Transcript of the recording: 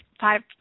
Five